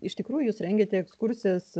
iš tikrųjų jūs rengiate ekskursijas